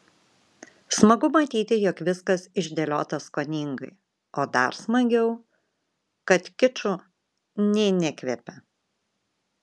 smagu matyti jog viskas išdėliota skoningai o dar smagiau kad kiču nė nekvepia